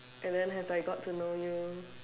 and then as I got to know you